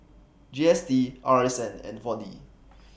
G S T R S N and four D